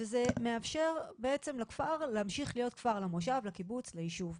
זה מאפשר לכפר, לקיבוץ, למושב, ליישוב,